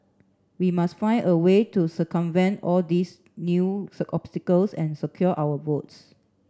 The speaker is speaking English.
we must find a way to circumvent all these new obstacles and secure our votes